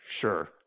sure